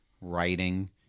writing